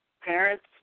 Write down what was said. parents